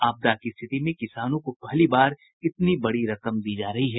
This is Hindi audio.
आपदा की स्थिति में किसानों को पहली बार इतनी बड़ी रकम दी जा रही है